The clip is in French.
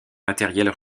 matérielles